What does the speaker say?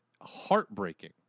heartbreaking